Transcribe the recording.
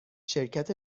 شرکت